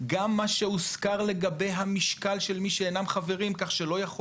גם מה שהוזכר לגבי המשקל של מי שאינם חברים כך שלא יכול